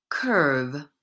Curve